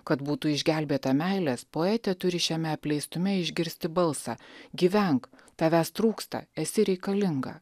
kad būtų išgelbėta meilės poetė turi šiame apleistume išgirsti balsą gyvenk tavęs trūksta esi reikalinga